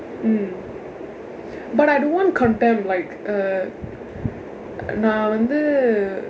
mm but I don't want contemp like uh நான் வந்து:naan vanthu